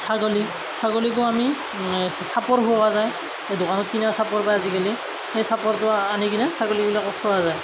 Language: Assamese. ছাগলী ছাগলীকো আমি চাপৰ খুওৱা যায় এই দোকানত কিনা চাপৰ পায় আজিকালি সেই চাপৰটো আনি কিনে ছাগলীকবিলাকক খুওৱা যায়